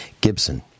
Gibson